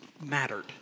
mattered